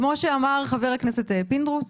כמו שאמר חבר הכנסת פינדרוס,